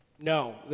no